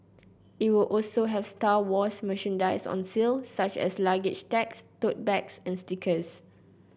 it will also have Star Wars merchandise on sale such as luggage tags tote bags and stickers